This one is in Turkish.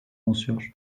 oluşuyor